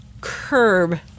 curb